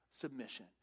submission